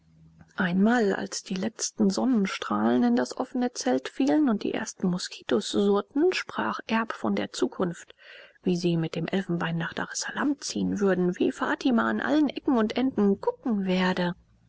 einmal als die letzten sonnenstrahlen in das offene zelt fielen und die ersten moskitos surrten sprach erb von der zukunft wie sie mit dem elfenbein nach daressalam ziehen würden wie fatima an allen ecken und enden gucken werde